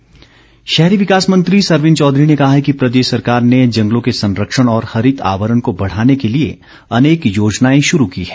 सरवीण चौधरी शहरी विकास मंत्री सरवीण चौधरी ने कहा है कि प्रदेश सरकार ने जंगलों के संरक्षण और हरित आवरण को बढ़ाने के लिए अनेक योजनाएं शुरू की हैं